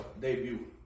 debut